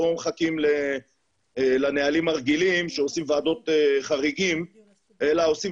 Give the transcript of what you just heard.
לא מחכים לנהלים הרגילים שעושים ועדות חריגים אלא עושים